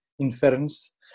inference